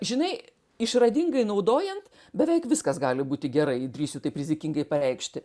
žinai išradingai naudojant beveik viskas gali būti gerai drįsiu taip rizikingai pareikšti